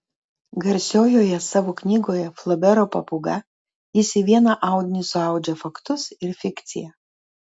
garsiojoje savo knygoje flobero papūga jis į vieną audinį suaudžia faktus ir fikciją